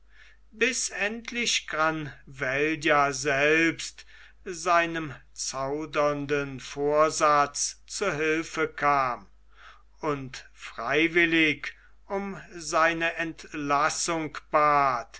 bis endlich granvella selbst seinem zaudernden vorsatz zu hilfe kam und freiwillig um seine entlassung bat